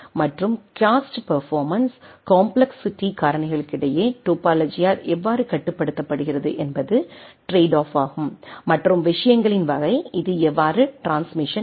மற்றும் cost performance PERFORMANCE complexity காரணிகளுக்கிடையே டோபாலஜியால் எவ்வாறு கட்டுப்படுத்தப்படுகிறது என்பது டிரேட் ஆஃப் ஆகும் மற்றும் விஷயங்களின் வகை இது எவ்வாறு ட்ரான்ஸ்மிசன் இருக்கும்